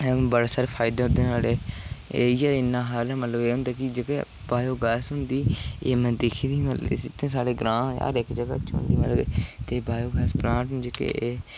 बड़े सारे फायदे होंदे न्हाड़े इ'यै इन्ना हारा एह् होंदा की मतलब की जेह्के बायो गैस होंदी एह् में दिक्खी दी साढ़े ग्रांऽ इक जगह् च होंदी मतलब ते बायो गैस प्लांट न जेह्के